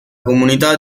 comunità